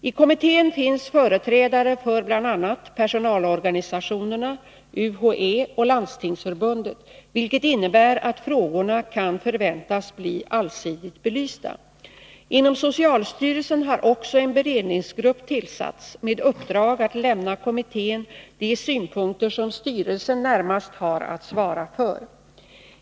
I kommittén finns företrädare för bl.a. personalorganisationerna, UHÄ och Landstingsförbundet, vilket innebär att frågorna kan förväntas bli allsidigt belysta. Inom socialstyrelsen har också en beredningsgrupp tillsatts med uppdrag att lämna kommittén de synpunkter som styrelsen närmast har att svara för.